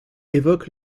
évoque